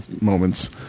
moments